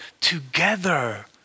together